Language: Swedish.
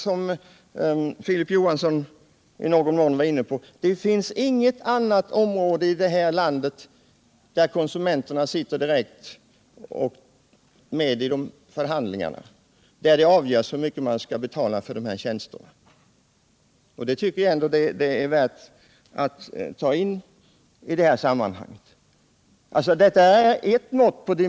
Som Filip Johansson var inne på finns det ändå ken, m.m. inget annat område i detta land där konsumenterna så direkt sitter med i förhandlingar där det avgörs hur mycket man skall betala för tjänsterna. Det tycker jag är värt att hålla i minnet.